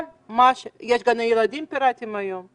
יש גני ילדים פיראטיים היום,